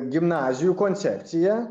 ir gimnazijų koncepcija